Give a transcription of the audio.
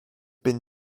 been